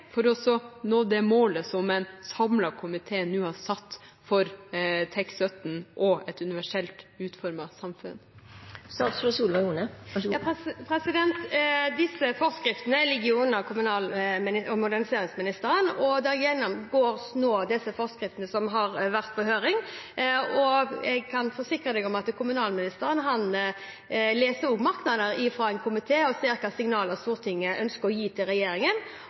for å nå det målet som en samlet komité nå har satt for TEK17 og et universelt utformet samfunn. Disse forskriftene ligger under kommunal- og moderniseringsministeren, og man gjennomgår nå disse forskriftene, som har vært på høring. Jeg kan forsikre representanten om at kommunalministeren også leser merknader fra en komité og ser hvilke signaler Stortinget ønsker å gi til regjeringen.